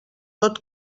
tot